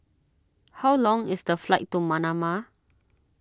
how long is the flight to Manama